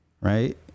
right